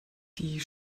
die